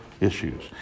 issues